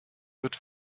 wird